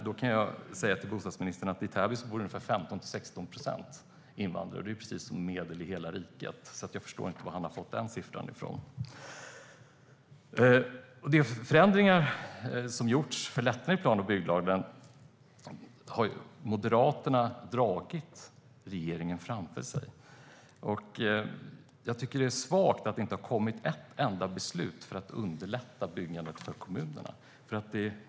Då kan jag säga till bostadsministern att 15-16 procent av Täbys invånare är invandrare, vilket är precis som medel i hela riket. Jag förstår alltså inte var han har fått den uppgiften ifrån. När det gäller de förändringar som har gjorts för att införa lättnader i plan och bygglagen har ju Moderaterna dragit regeringen framför sig i det. Jag tycker att det är svagt att det inte har kommit ett enda beslut för att underlätta för kommunerna att bygga.